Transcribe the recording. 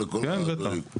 כן, בטח.